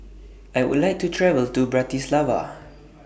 I Would like to travel to Bratislava